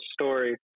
story